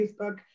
Facebook